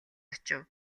очив